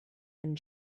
and